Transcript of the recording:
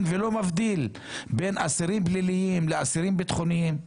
ולא מבדיל בין אסירים פליליים לאסירים ביטחוניים.